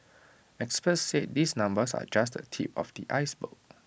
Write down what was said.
experts said these numbers are just the tip of the iceberg